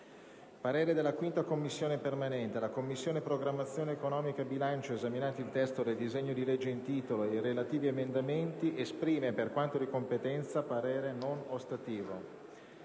parere non ostativo». «La Commissione programmazione economica, bilancio, esaminato il testo del disegno di legge in titolo ed i relativi emendamenti, esprime, per quanto di competenza, parere non ostativo».